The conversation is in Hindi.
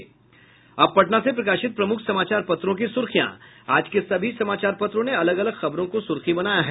अब पटना से प्रकाशित प्रमुख समाचार पत्रों की सुर्खियां आज के सभी समाचार पत्रों ने अलग अलग खबरों को सुर्खी बनाया है